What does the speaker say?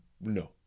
No